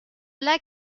lac